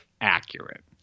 Accurate